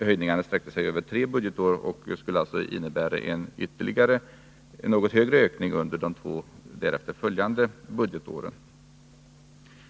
Höjningarna sträckte sig över tre budgetår. Det innebär också en något högre ökning under de två därpå följande budgetåren.